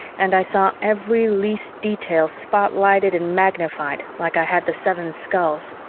and i saw every least detail spotlighted and magnified like i had the seven skulls.